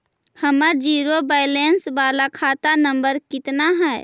हमर zero balance बाला खाता नम्बर कितना है?